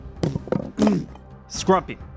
Scrumpy